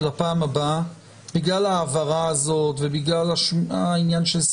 'הפעלה מסחרית' ו-'כלי טיס' כהגדרתם בחוק הטיס,